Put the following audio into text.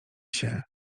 się